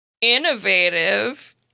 Innovative